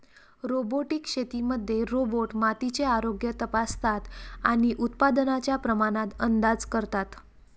robotic शेतीमध्ये robot मातीचे आरोग्य तपासतात आणि उत्पादनाच्या प्रमाणात अंदाज करतात